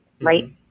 right